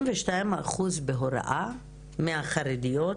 32% בהוראה מהמגזר החרדי?